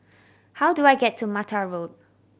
how do I get to Mattar Road